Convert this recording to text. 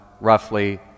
roughly